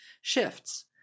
shifts